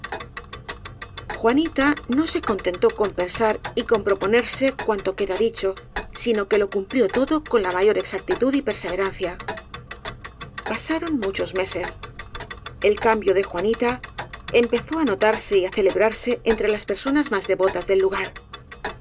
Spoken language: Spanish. juanita no se contentó con pensar y con propo nerse cuanto queda dicho sino que lo cumplió todo con la mayor exactitud y perseverancia pasaron muchos meses el cambio de juanita empezó á notarse y á ce lebrarse entre las personas más devotas del lugar